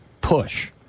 push